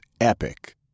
epic